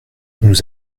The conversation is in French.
nous